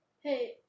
Hey